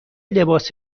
لباس